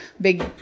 Big